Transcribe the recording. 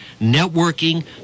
networking